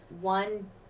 One